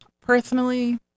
Personally